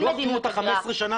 לא אוכפים אותה חמש עשרה שנה.